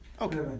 Okay